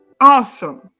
awesome